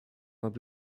would